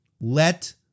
Let